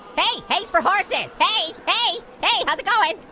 hey, hey's for horses. hey, hey, hey how's it going?